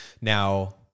Now